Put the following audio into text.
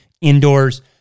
indoors